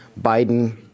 Biden